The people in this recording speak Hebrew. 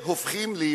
והערבים,